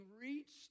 reached